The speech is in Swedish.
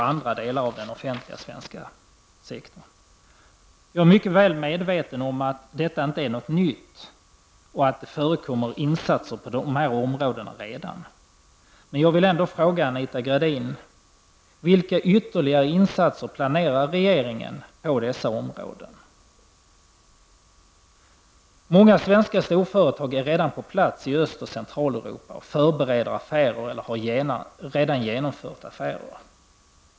Jag är mycket väl medveten om att detta inte är något nytt och att det förekommer insatser på dessa områden, men jag vill ändå fråga Anita Gradin: Många svenska storföretag är redan på plats i Östoch Centraleuropa och förbereder affärer eller har redan genomfört affärer.